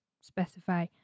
specify